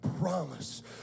promise